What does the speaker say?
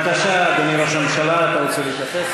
בבקשה, אדוני ראש הממשלה, אתה רוצה להתייחס?